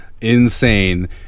insane